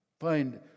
find